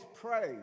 praise